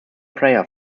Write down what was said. prayer